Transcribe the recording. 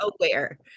aware